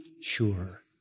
sure